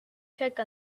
take